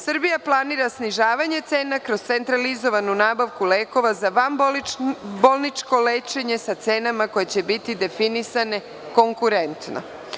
Srbija planira snižavanje cena kroz centralizovanu nabavku lekova za vanbolničko lečenje sa cenama koje će biti definisane konkurentno.